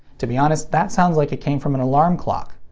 to be honest that sounds like it came from an alarm clock.